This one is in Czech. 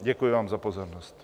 Děkuji vám za pozornost.